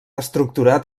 estructurat